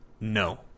No